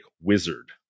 wizard